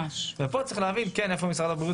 ופה צריך להבין איפה כן משרד הבריאות